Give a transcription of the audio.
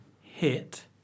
hit